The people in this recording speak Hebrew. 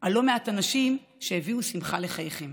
על לא מעט אנשים שהביאו שמחה לחייכם.